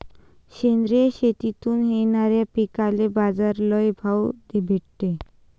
सेंद्रिय शेतीतून येनाऱ्या पिकांले बाजार लई भाव भेटते